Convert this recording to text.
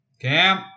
Cam